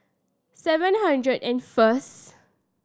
seven hundred and first